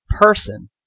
person